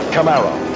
Camaro